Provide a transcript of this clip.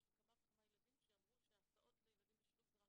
יש לי כמה וכמה ילדים שאמרו שהסעות לילדים בשילוב זה רק